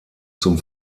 zum